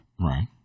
Right